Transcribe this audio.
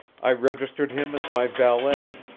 i registered him as my valet.